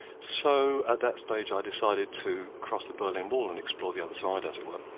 so at that stage i decided to cross the berlin wall and explore the other side, as it were.